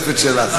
שלך.